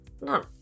No